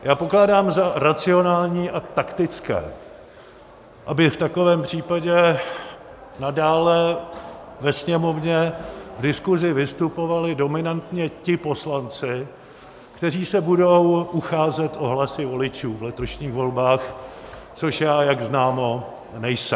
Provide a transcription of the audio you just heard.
Já pokládám za racionální a taktické, aby v takovém případě nadále ve Sněmovně v diskuzi vystupovali dominantně ti poslanci, kteří se budou ucházet o hlasy voličů v letošních volbách, což já, jak známo, nejsem.